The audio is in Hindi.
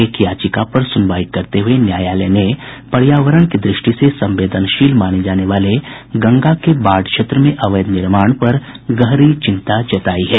एक याचिका पर सुनवाई करते हुये न्यायालय ने पर्यावरण की दृष्टि से संवेदनशील माने जाने वाले गंगा के बाढ़ क्षेत्र में अवैध निर्माण पर गहरी चिंता जतायी है